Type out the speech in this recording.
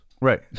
Right